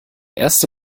erste